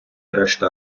решта